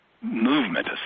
movement